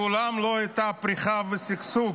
מעולם לא הייתה פריחה ושגשוג